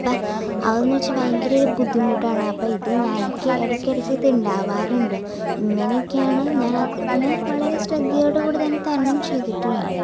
അപ്പം അതെന്ന് വെച്ചാൽ ഭയങ്കര ഒര് ബുദ്ധിമുട്ടാണ് അപ്പം ഇത് ഞാൻ എനിക്ക് ഇടയ്ക്കിത് ഉണ്ടാകാറുണ്ട് ഇങ്ങനെക്കെയാണ് ഞാൻ പിന്നെ വളരെ ശ്രദ്ധയോടെ കൂടി തന്നെ തരണം ചെയ്തിട്ടുമുണ്ട്